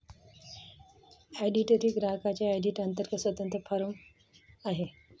auditor ही ग्राहकांच्या audit अंतर्गत स्वतंत्र फर्म आहे